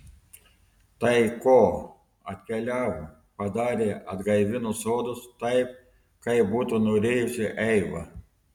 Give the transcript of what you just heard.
tai ko atkeliavo padarė atgaivino sodus taip kaip būtų norėjusi eiva